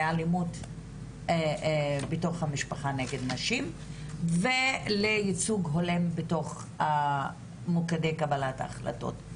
לאלימות בתוך המשפחה נגד נשים ולייצוג הולם בתוך מוקדי קבלת ההחלטות.